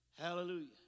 Hallelujah